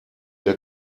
der